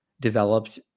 developed